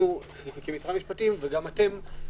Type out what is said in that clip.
אנו וגם אתם,